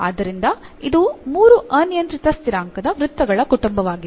ಆದ್ದರಿಂದ ಇದು 3 ಅನಿಯಂತ್ರಿತ ಸ್ಥಿರಾಂಕದ ವೃತ್ತಗಳ ಕುಟುಂಬವಾಗಿದೆ